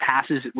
passes